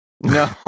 No